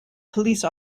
police